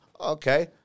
okay